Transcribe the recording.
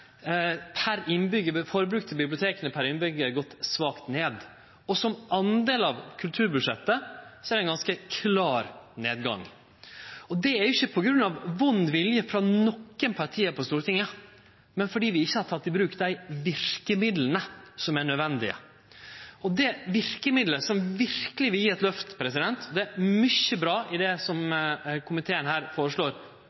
per innbyggjar gått svakt ned, og som del av kulturbudsjettet er det ein ganske klar nedgang. Det er ikkje på grunn av vond vilje frå nokon av partia her på Stortinget, men fordi vi ikkje har teke i bruk dei verkemidla som er nødvendige. Det er mykje bra i det komiteen føreslår når det gjeld sak, av tema som må inn, men det verkemiddelet som